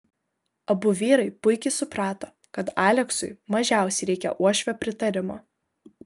abu vyrai puikiai suprato kad aleksui mažiausiai reikia uošvio pritarimo